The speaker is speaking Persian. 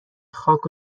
خاک